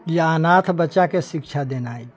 या अनाथ बच्चाके शिक्षा देनाइ